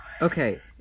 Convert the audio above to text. Okay